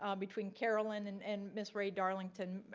um between carolyn and and miss ray darlington,